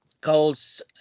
goals